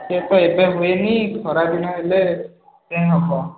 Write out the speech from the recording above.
ସେ ତ ଏବେ ହୁଏନି ଖରାଦିନ ହେଲେ ଯାଇଁ ହେବ